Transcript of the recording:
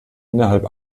innerhalb